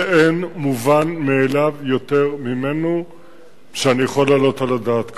שאין מובן מאליו יותר ממנו שאני יכול להעלות על הדעת כרגע.